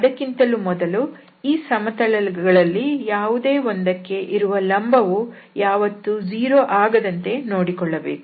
ಅದಕ್ಕಿಂತಲೂ ಮೊದಲು ಈ ಸಮತಲಗಳಲ್ಲಿ ಯಾವುದೇ ಒಂದಕ್ಕೆ ಇರುವ ಲಂಬವು ಯಾವತ್ತು 0 ಆಗದಂತೆ ನೋಡಿಕೊಳ್ಳಬೇಕು